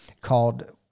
called